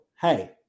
hey